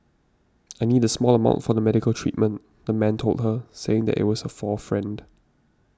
I need a small amount for the medical treatment the man told her saying that it was for a friend